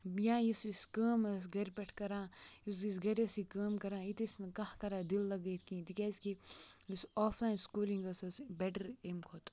یا یُس یُس کٲم ٲس گَرِ پٮ۪ٹھ کَران یُس أسۍ گَرِ ٲسی کٲم کَران ییٚتہِ ٲسۍ نہٕ کانٛہہ کَران دِل لَگٲوِتھ کینٛہہ تِکیٛازکہِ یُس آفلایِن سکوٗلِنٛگ ٲس سۄ ٲس بٮ۪ٹَر امہِ کھۄتہٕ